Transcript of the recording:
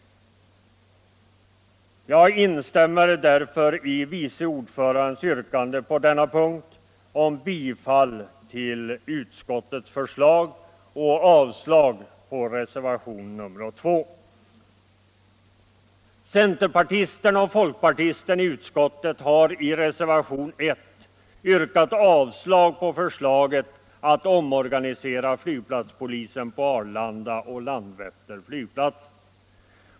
sendet sendet kat avslag på förslaget att omorganisera flygplatspolisen. på Arlanda och Landvetter.